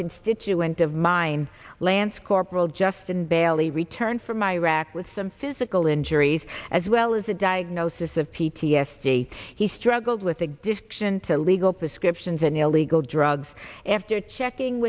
constituent of mine lance corporal justin bailey returned from iraq with some physical injuries as well as a diagnosis of p t s d he struggled with addiction to legal prescriptions and illegal drugs after checking